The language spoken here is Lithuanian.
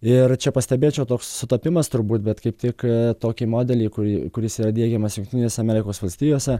ir čia pastebėčiau toks sutapimas turbūt bet kaip tik tokį modelį kurį kuris yra diegiamas jungtinės amerikos valstijose